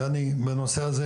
ואני ביחד בנושא הזה